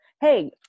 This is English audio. Hey